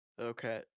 Okay